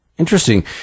interesting